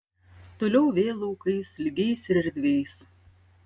toliau vėl laukais lygiais ir erdviais